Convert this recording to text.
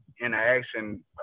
interaction